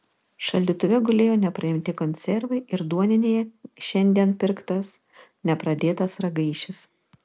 šaldytuve gulėjo nepraimti konservai ir duoninėje šiandien pirktas nepradėtas ragaišis